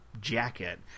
Jacket